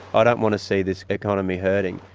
ah don't want to see this economy hurting.